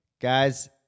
guys